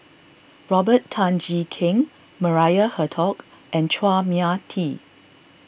Robert Tan Jee Keng Maria Hertogh and Chua Mia Tee